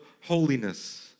holiness